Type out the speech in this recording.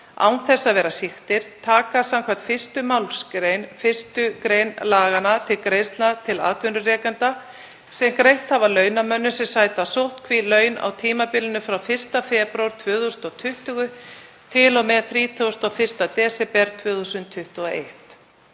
án þess að vera sýktir, taka skv. 1. mgr. 1. gr. laganna til greiðslna til atvinnurekanda sem greitt hafa launamönnum sem sæta sóttkví laun á tímabilinu frá 1. febrúar 2020 til og með 31. desember 2021.